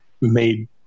made